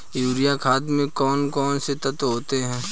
Urea खाद में कौन कौन से तत्व होते हैं?